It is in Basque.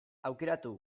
aukeratu